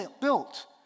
built